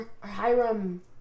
Hiram